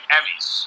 Emmys